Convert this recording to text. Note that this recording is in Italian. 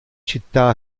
città